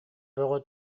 бөҕө